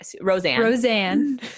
Roseanne